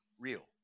real